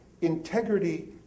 integrity